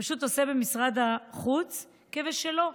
פשוט עושה במשרד החוץ כבשלו.